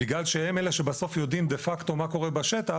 בגלל שהם אלה שבסוף יודעים דה פקטו מה קורה בשטח.